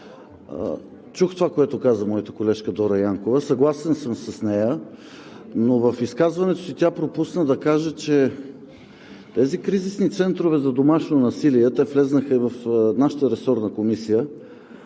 Чух това, което каза моята колежка Дора Янкова. Съгласен съм с нея, но в изказването си тя пропусна да каже, че тези кризисни центрове за домашно насилие влязоха и в нашата ресорна комисия,